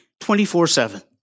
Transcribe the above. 24-7